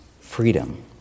freedom